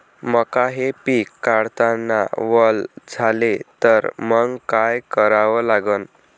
मका हे पिक काढतांना वल झाले तर मंग काय करावं लागन?